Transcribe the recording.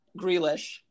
Grealish